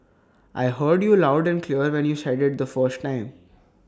I heard you loud and clear when you said IT the first time